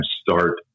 start